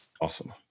Awesome